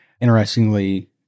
interestingly